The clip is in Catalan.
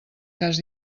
cas